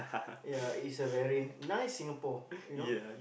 ya it's a very nice Singapore you know